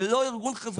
זה לא ארגון חברתי.